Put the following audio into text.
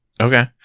Okay